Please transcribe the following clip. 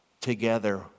together